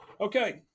Okay